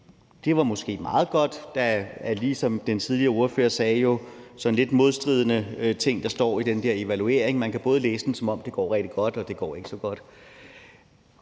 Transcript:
at det måske var meget godt. Den forrige ordfører fortalte om de lidt modstridende ting, der står i den der evaluering, for man kan både læse den, som om det går rigtig godt, og som om det ikke går så godt.